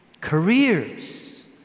Careers